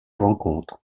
rencontres